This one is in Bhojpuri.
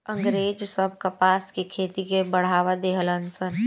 अँग्रेज सब कपास के खेती के बढ़ावा देहलन सन